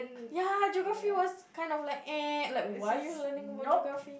ya Geography was kind of like eh like why you learning about Geography